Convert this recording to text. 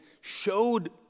showed